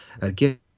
Again